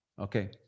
Okay